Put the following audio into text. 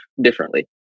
differently